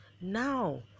now